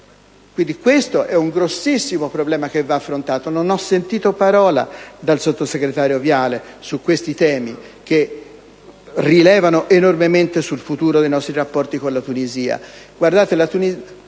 Questo è un grossissimo problema, che va affrontato. Non ho sentito una parola della sottosegretario Viale su questi temi, che rilevano enormemente sul futuro dei nostri rapporti con la Tunisia.